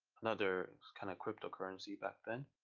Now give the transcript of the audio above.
another kind of cryptocurrency back then.